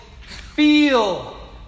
feel